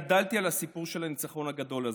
גדלתי על הסיפור של הניצחון הגדול הזה.